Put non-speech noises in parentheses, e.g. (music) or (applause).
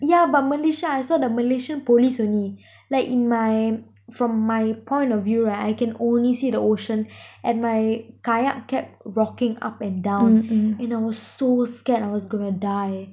yeah but malaysia I saw the malaysian police only (breath) like in my (noise) from my point of view right I can only see the ocean (breath) and my kayak kept rocking up and down (breath) and I was so scared I was gonna die